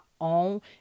own